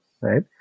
right